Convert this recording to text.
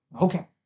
Okay